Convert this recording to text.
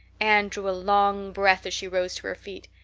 anne drew a long breath as she rose to her feet.